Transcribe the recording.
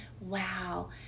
wow